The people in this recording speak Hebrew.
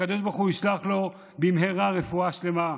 שהקדוש ברוך הוא ישלח לו במהרה רפואה שלמה,